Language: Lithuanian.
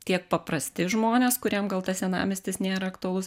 tiek paprasti žmonės kuriem gal tas senamiestis nėra aktualus